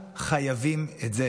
תקראו לזה הסברה,